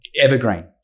evergreen